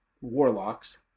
warlocks